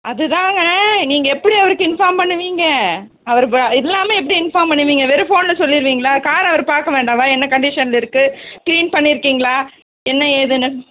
அது தாங்க நீங்கள் எப்படி அவருக்கு இன்ஃபார்ம் பண்ணுவீங்க அவரு ப இதுலாமே எப்படி இன்ஃபார்ம் பண்ணுவீங்க வெறும் ஃபோனில் சொல்லியிருவீங்களா காரை அவரு பார்க்க வேண்டாவா என்ன கண்டிஷனில் இருக்கு கிளீன் பண்ணி இருக்கிங்களா என்ன ஏதுன்னு